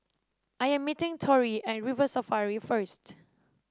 I am meeting Torrie at River Safari first